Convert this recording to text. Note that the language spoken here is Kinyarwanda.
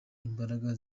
imbaraga